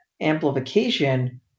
amplification